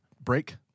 break